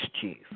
chief